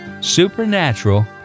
supernatural